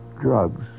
Drugs